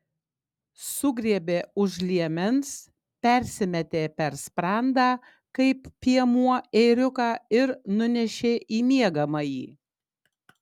sugriebė už liemens persimetė per sprandą kaip piemuo ėriuką ir nunešė į miegamąjį